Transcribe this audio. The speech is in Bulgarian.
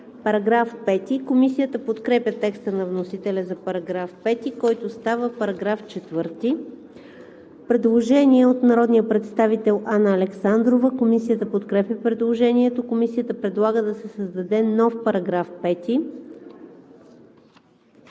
разпоредби“. Комисията подкрепя текста на вносителя за § 5, който става § 4. Предложение на народния представител Анна Александрова. Комисията подкрепя предложението. Комисията предлага да се създаде нов § 5.